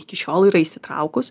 iki šiol yra įsitraukus